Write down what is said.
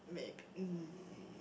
maybe um